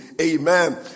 Amen